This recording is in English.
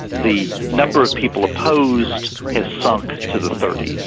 the number of people opposed has sunk to the thirty s.